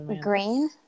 green